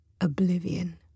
Oblivion